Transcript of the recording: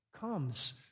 comes